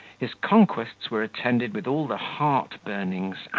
his conquests were attended with all the heart-burnings,